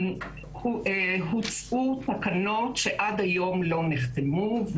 הוצאו תקנות שעד היום לא נחתמו,